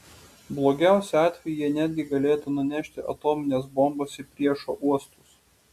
blogiausiu atveju jie netgi galėtų nunešti atomines bombas į priešo uostus